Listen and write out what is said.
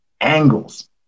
angles